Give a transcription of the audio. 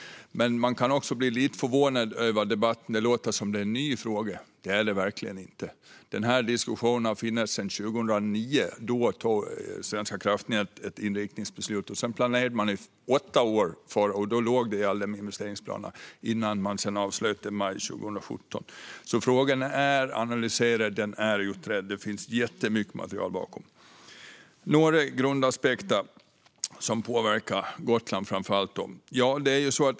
Man kan dock bli lite förvånad över debatten, då det låter som om detta är en ny fråga. Det är det verkligen inte. Denna diskussion har funnits sedan 2009, då Svenska kraftnät tog ett inriktningsbeslut. Sedan planerade man i åtta år, och då låg det i alla investeringsplanerna, innan man sedan avslutade det hela i maj 2017. Frågan är alltså analyserad och utredd. Det finns jättemycket material bakom. Det finns några grundaspekter som påverkar framför allt Gotland.